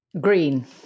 Green